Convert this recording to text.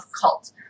cult